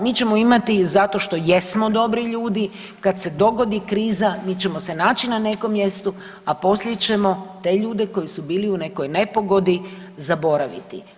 Mi ćemo imati zato što jesmo dobri ljudi, kad se dogodi kriza, mi ćemo se naći na nekom mjestu, a poslije ćemo te ljude koji su bili u nekoj nepogodi zaboraviti.